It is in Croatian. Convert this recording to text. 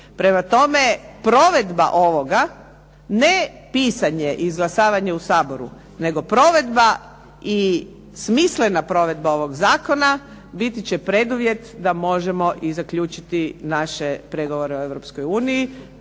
Prema tome, provedba ovoga ne pisanje i izglasavanje u Saboru, nego provedba i smislena provedba ovog zakona biti će preduvjet da možemo i zaključiti naše pregovor o